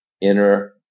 inner